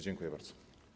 Dziękuję bardzo.